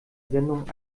sendung